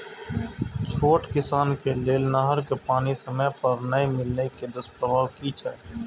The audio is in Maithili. छोट किसान के लेल नहर के पानी समय पर नै मिले के दुष्प्रभाव कि छै?